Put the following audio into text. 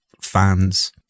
fans